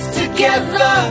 together